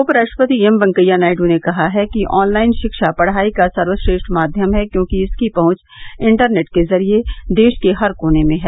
उपराष्ट्रपति एम वैंकेया नायडू ने कहा है कि ऑनलाइन शिक्षा पढ़ाई का सर्वश्रेष्ठ माध्यम है क्योंकि इसकी पहुंच इंटरनेट के जरिए देश के हर कोने में है